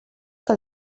que